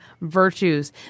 virtues